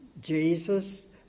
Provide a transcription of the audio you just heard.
Jesus